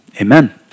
Amen